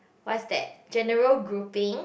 what's that general grouping